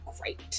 great